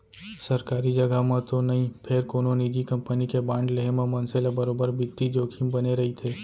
सरकारी जघा म तो नई फेर कोनो निजी कंपनी के बांड लेहे म मनसे ल बरोबर बित्तीय जोखिम बने रइथे